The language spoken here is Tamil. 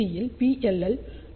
யில் PLL பிளஸ் VCO உள்ளது